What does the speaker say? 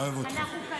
אוהב אותך.